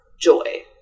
joy